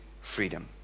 freedom